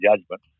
judgment